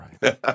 right